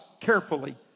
carefully